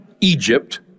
Egypt